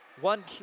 One